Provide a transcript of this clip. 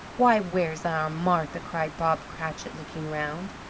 why, where's our martha? cried bob cratchit, looking around.